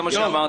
זה מה שאמרתי,